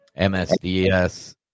MSDS